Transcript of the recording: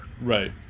Right